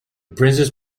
princess